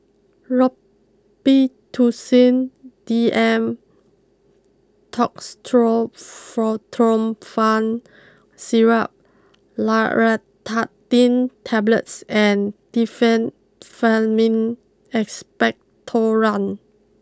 Robitussin D M Dextromethorphan Syrup Loratadine Tablets and Diphenhydramine Expectorant